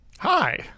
Hi